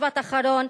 משפט אחרון,